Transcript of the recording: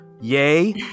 Yay